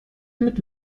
mit